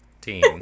team